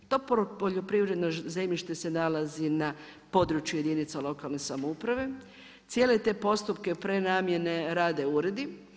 To poljoprivredno zemljište se nalazi na području jedinica lokalne samouprave, cijele te postupke prenamjene rade uredi.